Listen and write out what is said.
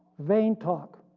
vain talk.